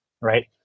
right